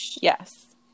Yes